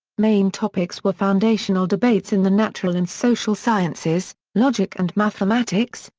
main topics were foundational debates in the natural and social sciences, logic and mathematics,